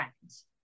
friends